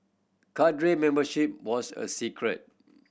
cadre membership was a secret